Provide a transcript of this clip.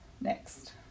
next